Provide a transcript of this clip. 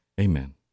Amen